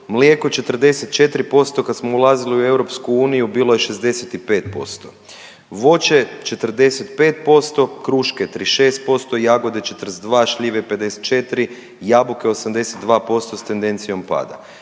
mlijeko 44%. Kad smo ulazili u EU bilo je 65%. Voće 45%, kruške 36%, jagode 42, šljive 54, jabuke 82% s tendencijom pada,